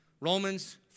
Romans